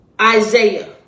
Isaiah